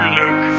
look